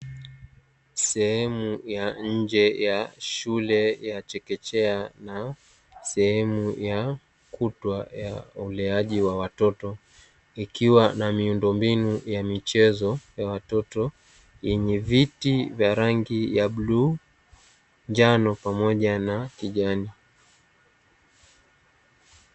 Sehemu ya nje ya shule ya chekechea na sehemu ya kutwa ya uleaji wa watoto, ikiwa na miundombinu ya michezo ya watoto yenye viti vya rangi ya: bluu, njano pamoja na kijani.